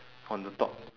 on the top